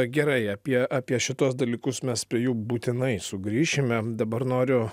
gerai apie apie šituos dalykus mes prie jų būtinai sugrįšime dabar noriu